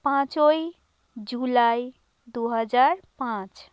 পাঁচই জুলাই দু হাজার পাঁচ